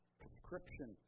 prescription